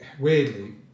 weirdly